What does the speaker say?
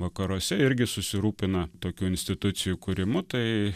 vakaruose irgi susirūpina tokių institucijų kūrimu tai